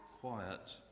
quiet